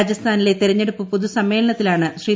രാജസ്ഥാനിലെ തെരഞ്ഞെടുപ്പ് പൊതുസമ്മേളനത്തിലാണ് ശ്രീ